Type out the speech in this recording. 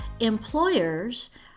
employers